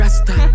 Rasta